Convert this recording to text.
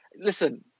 listen